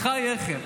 בחייכם,